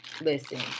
listen